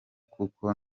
kuko